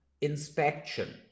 inspection